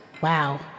Wow